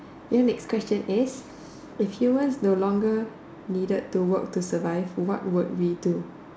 ya next question is if humans no longer needed to work to survive what would we do